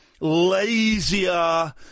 lazier